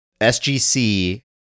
SGC